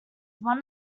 one